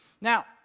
Now